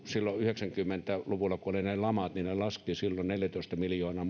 silloin yhdeksänkymmentä luvulla kun oli ne lamat ne laskivat neljätoista miljoonaa